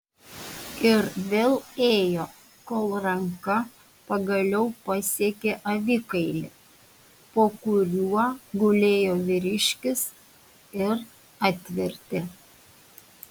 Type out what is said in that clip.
ir vėl ėjo kol ranka pagaliau pasiekė avikailį po kuriuo gulėjo vyriškis ir atvertė